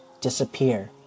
disappear